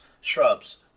shrubs